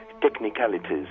technicalities